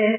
S